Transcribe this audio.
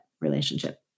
relationship